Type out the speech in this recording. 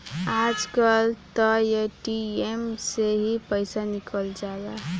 आज कल त ए.टी.एम से ही पईसा निकल जाता